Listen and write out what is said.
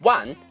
One